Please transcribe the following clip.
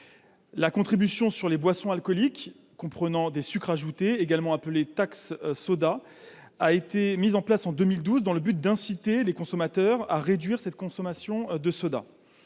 La contribution sur les boissons alcooliques comprenant des sucres ajoutés, également appelée « taxe soda », a été mise en place en 2012, dans l’objectif d’inciter les consommateurs à réduire leur consommation de sodas.